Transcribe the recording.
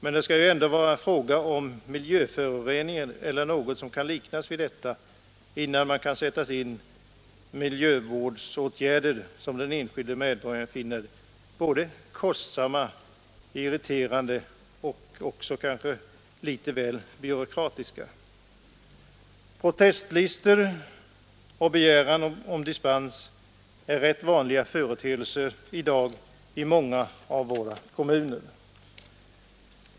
Men det skall ändå röra sig om miljöföroreningar eller något som kan liknas vid sådana innan man sätter in miljövårdsåtgärder som den enskilde medborgaren finner både kostsamma och irriterande och kanske också litet väl byråkratiska. Protestlistor och begäran om dispens är rätt vanliga företeelser i dag i många av våra kommuner.